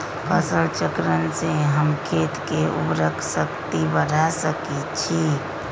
फसल चक्रण से हम खेत के उर्वरक शक्ति बढ़ा सकैछि?